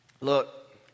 Look